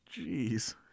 Jeez